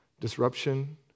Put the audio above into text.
disruption